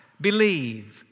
Believe